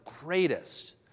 greatest